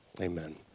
Amen